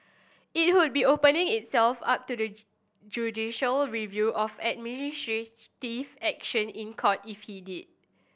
it would be opening itself up to the judicial review of action in Court if it did